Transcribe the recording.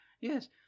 yes